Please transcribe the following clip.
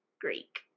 Greek